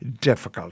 difficult